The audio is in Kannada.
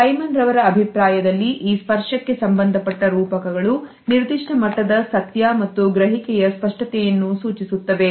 ಸೈಮನ್ ರವರ ಅಭಿಪ್ರಾಯದಲ್ಲಿ ಈ ಸ್ಪರ್ಶಕ್ಕೆ ಸಂಬಂಧಪಟ್ಟ ರೂಪಕಗಳು ನಿರ್ದಿಷ್ಟ ಮಟ್ಟದ ಸತ್ಯ ಮತ್ತು ಗ್ರಹಿಕೆಯ ಸ್ಪಷ್ಟತೆಯನ್ನು ಸೂಚಿಸುತ್ತವೆ